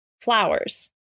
flowers